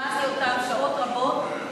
שמעתי אותם שעות רבות.